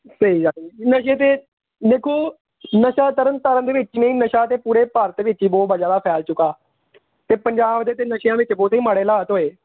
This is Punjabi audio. ਸਹੀ ਗੱਲ ਜੀ ਨਸ਼ੇ ਤਾਂ ਦੇਖੋ ਨਸ਼ਾ ਤਰਨ ਤਾਰਨ ਦੇ ਵਿੱਚ ਨਹੀਂ ਨਸ਼ਾ ਤਾਂ ਪੂਰੇ ਭਾਰਤ ਵਿੱਚ ਹੀ ਬਹੁਤ ਬ ਜ਼ਿਆਦਾ ਫੈਲ ਚੁੱਕਾ ਅਤੇ ਪੰਜਾਬ ਦੇ ਤਾਂ ਨਸ਼ਿਆ ਵਿੱਚ ਬਹੁਤ ਹੀ ਮਾੜੇ ਹਾਲਾਤ ਹੋਏ